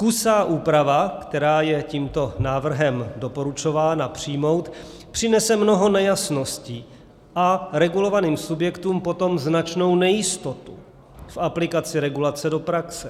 Kusá úprava, která je tímto návrhem doporučována přijmout, přinese mnoho nejasností a regulovaným subjektům potom značnou nejistotu v aplikaci regulace do praxe.